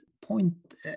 point